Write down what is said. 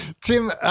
Tim